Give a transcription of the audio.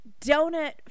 Donut